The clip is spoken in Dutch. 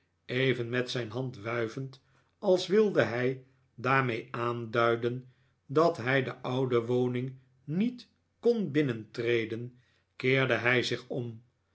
even met zijn hand wuivend als wilde hij daarmee aanduiden dat hij de oude woning niet kon binnentreden keerde hij zich om